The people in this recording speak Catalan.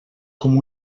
com